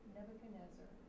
Nebuchadnezzar